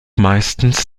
meistens